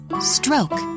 stroke